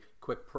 quick